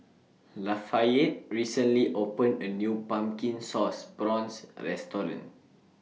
Lafayette recently opened A New Pumpkin Sauce Prawns Restaurant